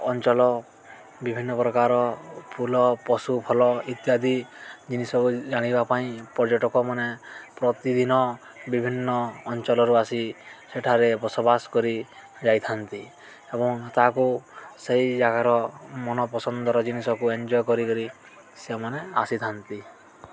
ଅଞ୍ଚଳ ବିଭିନ୍ନ ପ୍ରକାର ଫୁଲ ପଶୁଫଳ ଇତ୍ୟାଦି ଜିନିଷକୁ ଜାଣିବା ପାଇଁ ପର୍ଯ୍ୟଟକ ମାନେ ପ୍ରତିଦିନ ବିଭିନ୍ନ ଅଞ୍ଚଳରୁ ଆସି ସେଠାରେ ବସବାସ କରି ଯାଇଥାନ୍ତି ଏବଂ ତାହାକୁ ସେଇ ଜାଗାର ମନପସନ୍ଦର ଜିନିଷକୁ ଏନ୍ଜୟ କରିକିରି ସେମାନେ ଆସିଥାନ୍ତି